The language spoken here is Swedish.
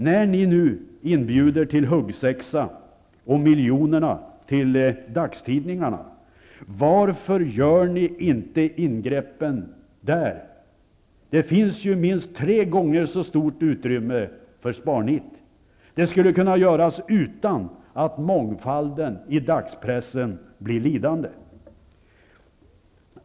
När ni nu inbjuder till huggsexa om miljonerna till dagstidningarna, varför gör ni inte ingreppen där? Där finns ju minst tre gånger så stort utrymme för sparnit. Det skulle kunna göras utan att mångfalden inom dagspressen blir lidande.